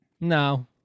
No